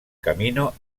camino